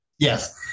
Yes